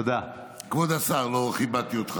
כבוד השר, לא כיבדתי אותך.